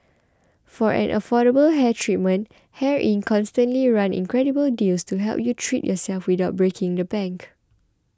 for an affordable hair treatment Hair Inc constantly run incredible deals to help you treat yourself without breaking the bank